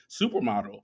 supermodel